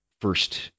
first